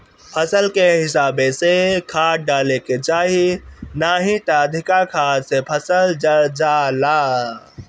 फसल के हिसाबे से खाद डाले के चाही नाही त अधिका खाद से फसल जर जाला